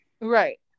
right